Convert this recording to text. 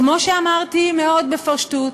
כמו שאמרתי מאוד בפשטות: